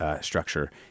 structure